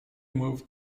moved